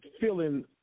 feeling